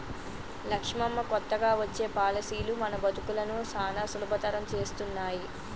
లక్ష్మమ్మ కొత్తగా వచ్చే పాలసీలు మన బతుకులను సానా సులభతరం చేస్తున్నాయి